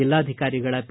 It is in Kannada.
ಜಿಲ್ಲಾಧಿಕಾರಿಗಳ ಪಿ